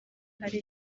hari